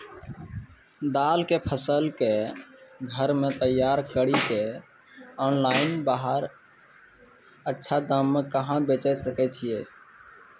दाल के फसल के घर मे तैयार कड़ी के ऑनलाइन बाहर अच्छा दाम मे कहाँ बेचे सकय छियै?